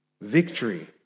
Victory